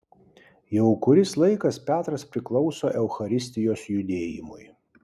jau kuris laikas petras priklauso eucharistijos judėjimui